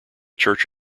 church